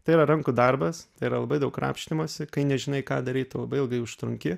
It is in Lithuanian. tai yra rankų darbas tai yra labai daug krapštymosi kai nežinai ką daryt labai ilgai užtrunki